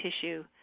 tissue